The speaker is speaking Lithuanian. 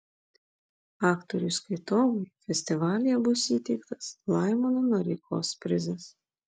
aktoriui skaitovui festivalyje bus įteiktas laimono noreikos prizas